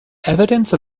evidence